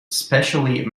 specially